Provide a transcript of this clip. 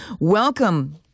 Welcome